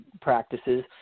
practices